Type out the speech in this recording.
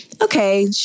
Okay